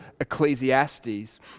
Ecclesiastes